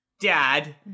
Dad